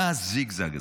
מה הזיגזג הזה?